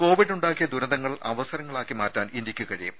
Covid ഉണ്ടാക്കിയ ദുരന്തങ്ങൾ അവസരങ്ങളാക്കി മാറ്റാൻ ഇന്ത്യക്ക് കഴിയും